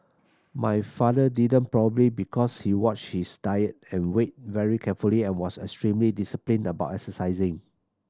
my father didn't probably because he watched his diet and weight very carefully and was extremely disciplined about exercising